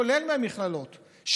כולל מהמכללות,